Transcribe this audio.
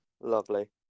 Lovely